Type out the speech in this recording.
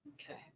Okay